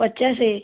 ପଚାଶ